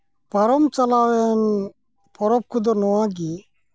ᱯᱟᱨᱚᱢ ᱪᱟᱞᱟᱣᱮᱱ ᱯᱚᱨᱚᱵᱽ ᱠᱚᱫᱚ ᱱᱚᱣᱟ ᱜᱤ